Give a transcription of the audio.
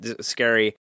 scary